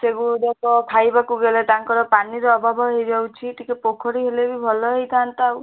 ସେଗୁଡ଼ାକ ଖାଇବାକୁ ବେଲେ ତାଙ୍କର ପାନୀର ଅଭାବ ହୋଇଯାଉଛି ଟିକେ ପୋଖରୀ ହେଲେ ଭଲ ହୋଇଥାନ୍ତା ଆଉ